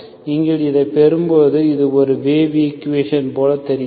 நீங்கள் இதைப் பெறும்போது இது ஒரு வேவ் ஈக்குவேஷன் போல் தெரிகிறது